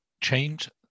change